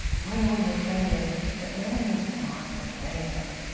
what are we afraid of that merwin was not afraid of,